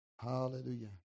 Hallelujah